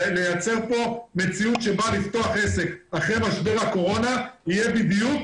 לייצר כאן מציאות שבה לפתוח עסק אחרי משבר הקורונה יהיה בדיוק